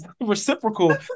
Reciprocal